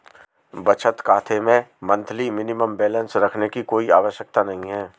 बचत खाता में मंथली मिनिमम बैलेंस रखने की कोई आवश्यकता नहीं है